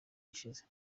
ishize